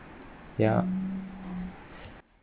ya